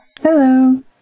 Hello